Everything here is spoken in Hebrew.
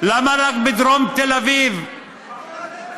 למה אתם לא מפזרים אותם בארץ?